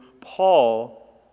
Paul